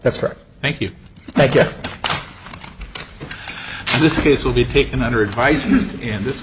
that's correct thank you thank you this case will be taken under advisement and this